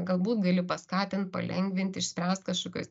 galbūt gali paskatint palengvint išspręst kažkokias